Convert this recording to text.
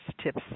tips